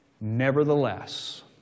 Nevertheless